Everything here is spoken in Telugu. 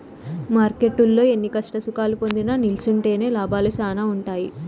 మార్కెట్టులో ఎన్ని కష్టసుఖాలు పొందినా నిల్సుంటేనే లాభాలు శానా ఉంటాయి